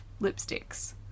lipsticks